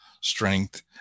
strength